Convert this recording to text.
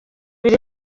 biri